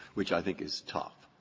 which i think is tough.